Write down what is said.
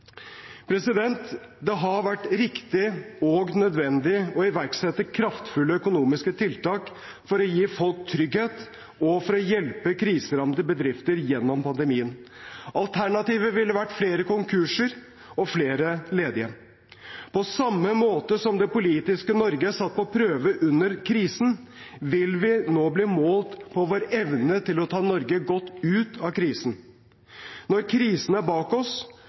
Det har vært riktig og nødvendig å iverksette kraftfulle økonomiske tiltak for å gi folk trygghet og for å hjelpe kriserammede bedrifter gjennom pandemien. Alternativet ville vært flere konkurser og flere ledige. På samme måte som det politiske Norge er satt på prøve under krisen, vil vi nå bli målt på vår evne til å ta Norge godt ut av krisen. Når krisen er bak oss,